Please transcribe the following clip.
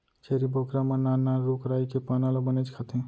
छेरी बोकरा मन नान नान रूख राई के पाना ल बनेच खाथें